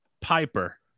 Piper